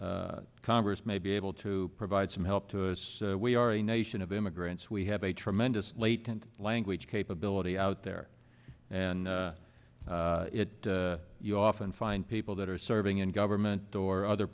congress may be able to provide some help to us we are a nation of immigrants we have a tremendous latent language capability out there and it you often find people that are serving in government or other